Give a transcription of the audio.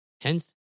Hence